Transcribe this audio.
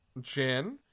Jin